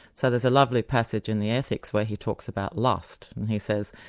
so there's a lovely passage in the ethics where he talks about lust, and he says,